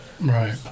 Right